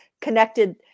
connected